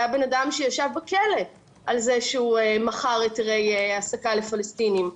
היה בן אדם שישב בכלא על זה שהוא מכר היתרי העסקה לפלסטינים,